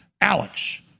Alex